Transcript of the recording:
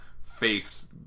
face